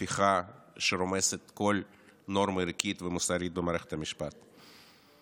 הפיכה שרומסת כל נורמה ערכית ומוסרית במערכת המשפט.